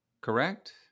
correct